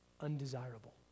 undesirable